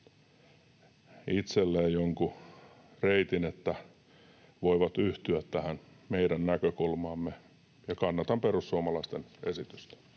itselleen jonkun reitin, että voivat yhtyä tähän meidän näkökulmaamme. Kannatan perussuomalaisten esitystä.